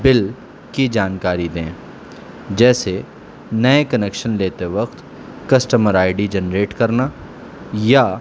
بل کی جانکاری دیں جیسے نئے کنیکشن لیتے وقت کسٹمر آئی ڈی جنریٹ کرنا یا